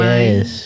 Yes